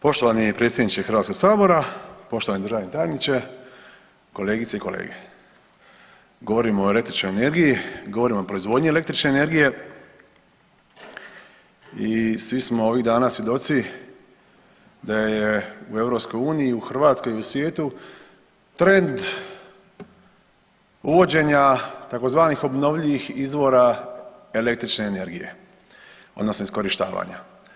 Poštovani predsjedniče Hrvatskog sabora, poštovani državni tajniče, kolegice i kolege, govorimo o električnoj energiji, govorimo o proizvodnji električne energije i svi smo ovih dana svjedoci da je u EU, u Hrvatskoj i u svijetu trend uvođenja tzv. obnovljivih izvora električne energije odnosno iskorištavanja.